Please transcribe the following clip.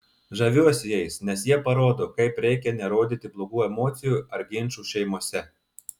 žaviuosi jais nes jie parodo kaip reikia nerodyti blogų emocijų ar ginčų šeimose